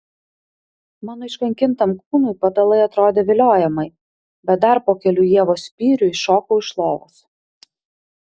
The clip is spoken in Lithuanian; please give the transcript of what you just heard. mano iškankintam kūnui patalai atrodė viliojamai bet dar po kelių ievos spyrių iššokau iš lovos